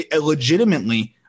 legitimately –